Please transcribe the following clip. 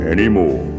Anymore